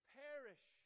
perish